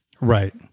Right